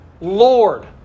Lord